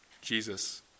Jesus